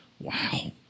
Wow